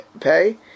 pay